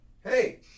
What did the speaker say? Hey